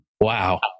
wow